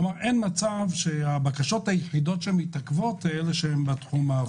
כלומר הבקשות היחידות שמתעכבות הן אלה שנמצאות בתחום האפור.